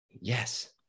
Yes